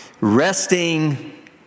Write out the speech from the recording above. resting